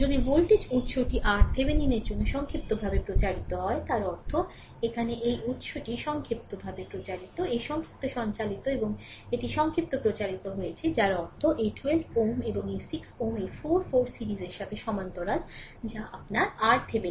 সুতরাং যদি ভোল্টেজ উত্সটি RThevenin এর জন্য সংক্ষিপ্তভাবে প্রচারিত হয় তার অর্থ এখানে এই উত্সটি সংক্ষিপ্তভাবে প্রচারিত এটি সংক্ষিপ্ত সঞ্চালিত এবং এটি সংক্ষিপ্ত প্রচারিত হয়েছে যার অর্থ এই 12 Ω এবং 6 এই 4 4 সিরিজের সাথে সমান্তরাল যা আপনার RThevenin হবে